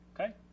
Okay